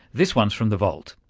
this one's from the vault.